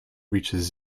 reaches